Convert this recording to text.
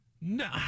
no